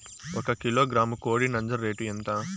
ఒక కిలోగ్రాము కోడి నంజర రేటు ఎంత?